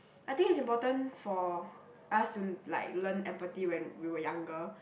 I think it's important for us to like learn empathy when we were younger